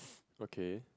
okay